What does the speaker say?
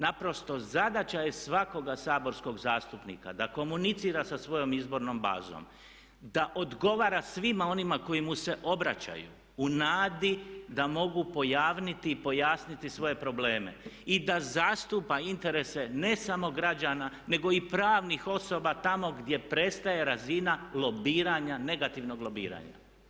Naprosto zadaća je svakoga saborskog zastupnika da komunicira sa svojom izbornom bazom, da odgovara svima onima koji mu se obraćaju u nadi da mogu pojavniti i pojasniti svoje probleme i da zastupa interese ne samo građana nego i pravnih osoba tamo gdje prestaje razina lobiranja, negativnog lobiranja.